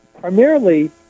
Primarily